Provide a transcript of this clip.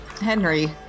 Henry